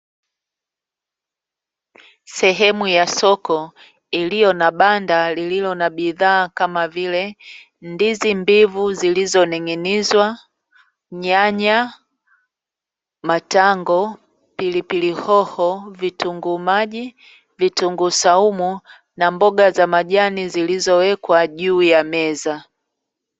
Sehemu ya soko ilio na banda lililo na bidhaa kama vile ndizi mbivu zilizoning'inizwa, nyanya, matango, pilipili hoho, vitunguu maji, vitunguu swaumu na mboga za majani zilizowekwa juu ya meza.